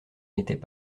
n’étaient